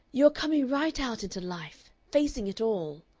you are coming right out into life facing it all.